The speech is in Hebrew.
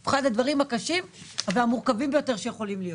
הוא אחד הדברים הקשים והמורכבים ביותר שיכולים להיות.